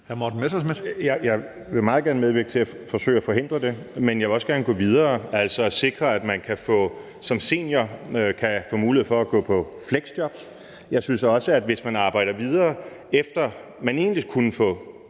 Jeg vil meget gerne medvirke til at forsøge at forhindre det, men jeg vil også gerne gå videre, altså sikre, at man som senior kan få mulighed for at få et fleksjob. Jeg synes også, at hvis man arbejder videre, efter man egentlig kunne gå